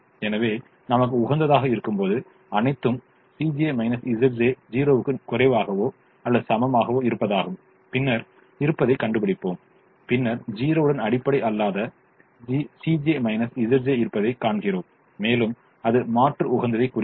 எனவே நமக்கு உகந்ததாக இருக்கும்போது அனைத்தும் Cj Zj's 0 வுக்கு குறைவாகவோ அல்லது சமமாகவோ இருப்பதாகும் பின்னர் இருப்பதைக் கண்டுபிடிப்போம் பின்னர் 0 உடன் அடிப்படை அல்லாத இருப்பதைக் காண்கிறோம் மேலும் அது மாற்று உகந்ததைக் குறிக்கிறது